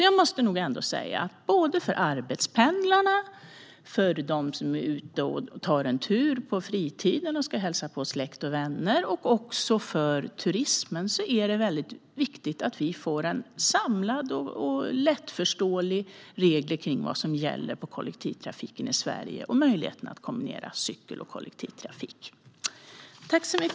Jag måste nog ändå säga att såväl för arbetspendlarna och för dem som tar en tur på fritiden och ska hälsa på släkt och vänner som för turismen är det viktigt att vi får samlade och lättförståeliga regler kring vad som gäller i kollektivtrafiken i Sverige rörande möjligheten att kombinera cykel och kollektivtrafik.